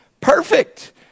perfect